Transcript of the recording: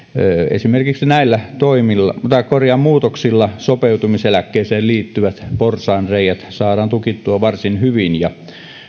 esimerkiksi näillä muutoksilla sopeutumiseläkkeeseen liittyvät porsaanreiät saadaan tukittua varsin hyvin ja